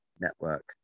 network